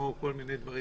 כמו כל מיני דברים,